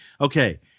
okay